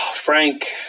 Frank